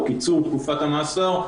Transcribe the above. או קיצור תקופת המאסר,